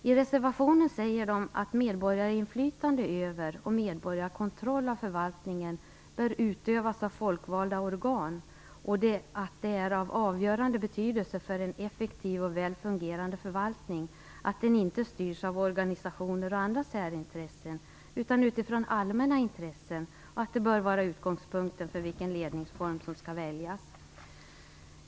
I reservationen sägs det att medborgarinflytande över och medborgarkontroll av förvaltningen bör utövas av folkvalda organ, att det är av avgörande betydelse för en effektiv och väl fungerande förvaltning att den inte styrs av organisationer och andra särintressen utan av allmänna intressen och att det bör vara utgångspunkten för vilken ledningsform som skall väljas.